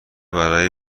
برای